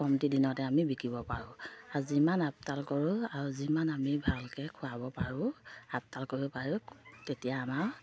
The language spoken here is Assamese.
কমটি দিনতে আমি বিকিব পাৰোঁ আৰু যিমান আপতাল কৰোঁ আৰু যিমান আমি ভালকৈ খুৱাব পাৰোঁ আপতাল কৰিব পাৰোঁ তেতিয়া আমাৰ